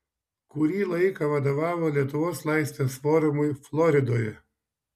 kurį laiką vadovavo lietuvos laisvės forumui floridoje